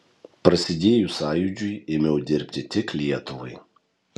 prasidėjus sąjūdžiui ėmiau dirbti tik lietuvai